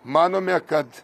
manome kad